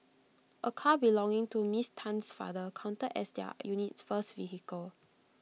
A car belonging to miss Tan's father counted as their unit's first vehicle